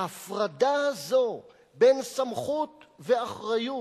ההפרדה הזאת בין סמכות ואחריות,